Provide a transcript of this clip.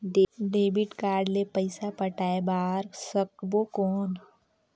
Debit card ले पइसा पटाय बार सकबो कौन?